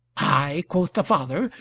i! quoth the father,